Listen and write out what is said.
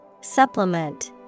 Supplement